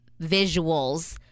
visuals